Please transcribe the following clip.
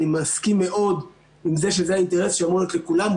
אני מסכים מאוד עם זה שזה האינטרס שאמור להיות לכולם,